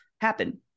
happen